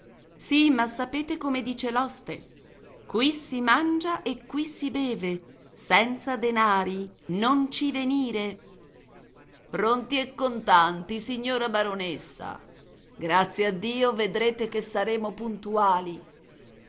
sì ma sapete come dice l'oste qui si mangia e qui si beve senza denari non ci venire pronti e contanti signora baronessa grazie a dio vedrete che saremo puntuali